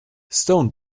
stone